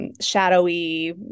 shadowy